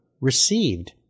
received